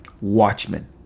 Watchmen